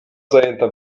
zajęta